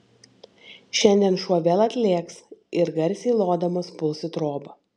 šiandien šuo vėl atlėks ir garsiai lodamas puls į trobą